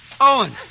Owen